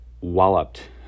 walloped